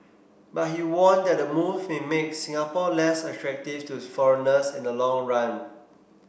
but he warned that the move may make Singapore less attractive to foreigners in the long run